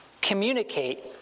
communicate